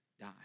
die